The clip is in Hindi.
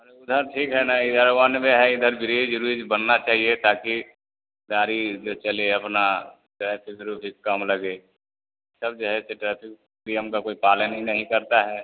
अरे उधर ठीक है ना इधर वन में है इधर ब्रीज उरीज बनना चाहिए ताकि गाड़ी जो चले अपना ट्रैफिक उरुफिक कम लगे सब जो है ऐसे ट्रैफिक नियम का कोई पालन ही नहीं करता है